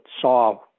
saw